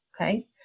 okay